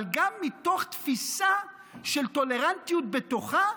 אבל גם מתוך תפיסה של טולרנטיות בתוכה,